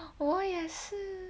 我也是